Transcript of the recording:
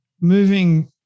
moving